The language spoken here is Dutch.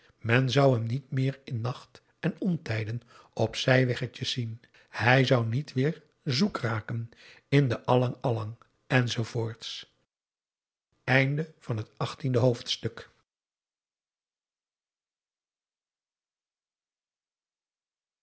men zou hem niet meer in nacht en ontijden op zijwegjes zien hij zou niet weer zoek raken in de allang alang enzoovoort